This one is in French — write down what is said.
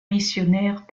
missionnaires